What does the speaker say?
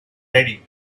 ready